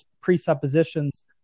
presuppositions